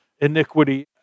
iniquity